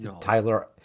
Tyler